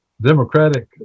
Democratic